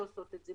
שעושות את זה.